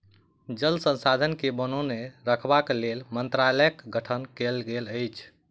जल संसाधन के बनौने रखबाक लेल मंत्रालयक गठन कयल गेल अछि